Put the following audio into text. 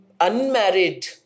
unmarried